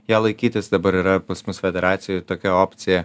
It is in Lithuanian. ją laikytis dabar yra pas mus federacijoj tokia opcija